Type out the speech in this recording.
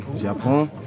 j'apprends